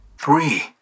Three